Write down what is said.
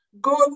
go